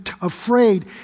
afraid